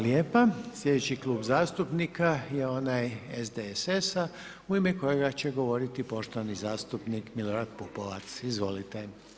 Slijedeći Klub zastupnika je onaj SDSS-a u ime kojega će govoriti poštovani zastupnik Milorad Pupovac, izvolite.